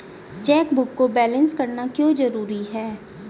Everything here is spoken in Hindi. चेकबुक को बैलेंस करना क्यों जरूरी है?